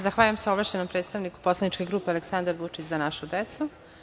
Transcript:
Zahvaljujem se ovlašćenom predstavniku Poslaničke grupe „Aleksandar Vučić – Za našu decu“